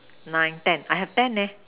nine ten I have ten leh